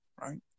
right